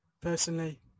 Personally